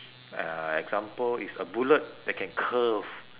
uh example it's a bullet that can curve